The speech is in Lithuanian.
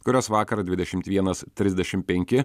kurios vakar dvidešim vienas trisdešim penki